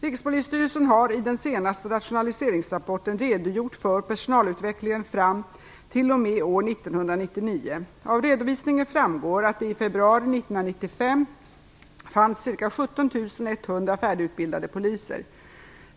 Rikspolisstyrelsen har i den senaste rationaliseringsrapporten redogjort för personalutvecklingen fram t.o.m. år 1999. Av redovisningen framgår att det i februari 1995 fanns ca 17 100 färdigutbildade poliser.